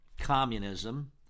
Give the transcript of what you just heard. communism